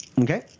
Okay